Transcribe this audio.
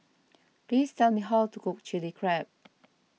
please tell me how to cook Chili Crab